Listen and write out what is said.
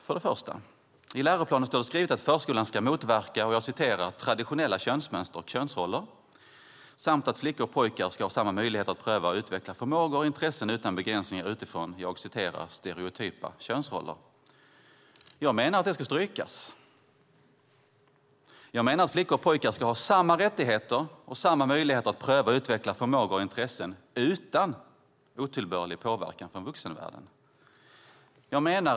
För det första: I läroplanen står det att "förskolan ska motverka traditionella könsmönster och könsroller" samt att "flickor och pojkar ska i förskolan ha samma möjligheter att pröva och utveckla förmågor och intressen utan begränsningar utifrån stereotypa könsroller". Jag menar att det ska strykas. Flickor och pojkar ska ha samma rättigheter och samma möjligheter att pröva och utveckla förmågor och intressen utan otillbörlig påverkan från vuxenvärlden.